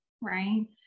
right